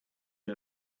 who